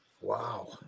Wow